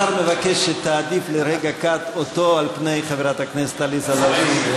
השר מבקש שתעדיף לרגע קט אותו על פני חברת הכנסת עליזה לביא.